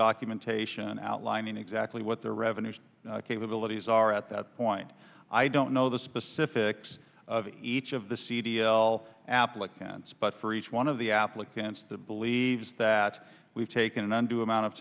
documentation outlining exactly what their revenue capabilities are at that point i don't know the specifics of each of the cd l applicants but for each one of the applicants that believes that we've taken and do amount of